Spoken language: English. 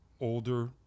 older